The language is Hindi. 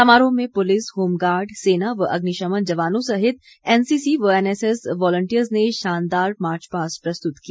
समारोह में पुलिस होमगार्ड सेना व अग्निशमन जवानों सहित एनसीसी व एनएसएस वॉलंटियर्स ने शानदार मार्चपास्ट प्रस्तुत किया